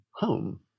home